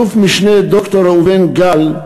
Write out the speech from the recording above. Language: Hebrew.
אלוף-משנה ד"ר ראובן גל,